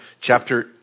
chapter